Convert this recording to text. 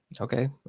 okay